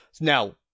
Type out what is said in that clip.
Now